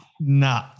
nah